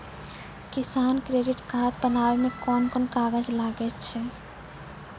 किसान credit card बनाबै मे कोन कोन कागज लागै छै?